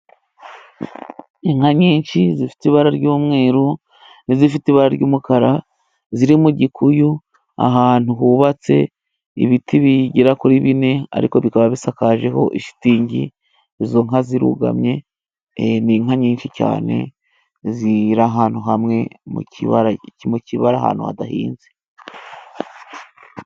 Inka nyinshi zifite ibara ry'umweru n'izifite ibara ry'umukara, ziri mu gikuyu ahantu hubatse ibiti bigera kuri bine ariko bikaba bisakajeho ishitingi, izo nka zirugamye, ni inka nyinshi cyane ziri ahantu hamwe mu kibara ahantu hadahinze.